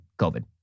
COVID